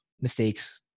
mistakes